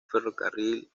ferrocarril